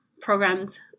programs